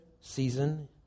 season